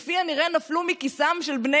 שם נמצאו מטבעות מצריים שכפי הנראה נפלו מכיסם של בני